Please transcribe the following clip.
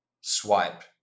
swipe